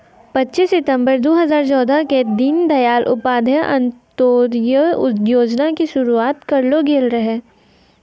पच्चीस सितंबर दू हजार चौदह के दीन दयाल उपाध्याय अंत्योदय योजना के शुरुआत करलो गेलो रहै